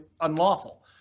unlawful